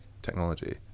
technology